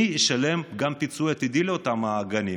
מי ישלם פיצוי עתידי לאותם הגנים?